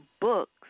books